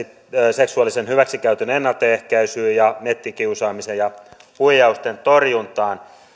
seksuaalisen hyväksikäytön ennaltaehkäisyyn ja nettikiusaamisen ja huijausten torjuntaan